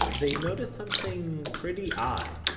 they'd notice something pretty odd.